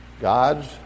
God's